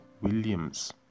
Williams